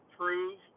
prove